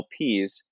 LPs